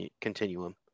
Continuum